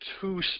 two